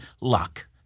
luck